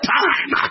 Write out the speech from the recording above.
time